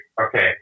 Okay